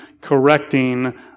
correcting